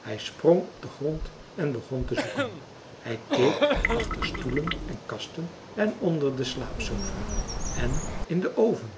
hij sprong op den grond en begon te zoeken hij keek achter stoelen en kasten en onder de slaapsofa en in den oven